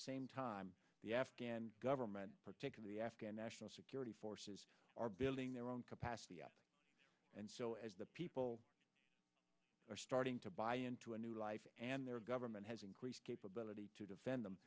same time the afghan government particularly afghan national security forces are building their own capacity and so as the people are starting to buy into a new life and their government has increased capability to defend them